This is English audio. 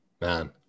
Man